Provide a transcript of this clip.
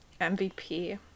MVP